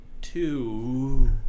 Two